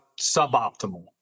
suboptimal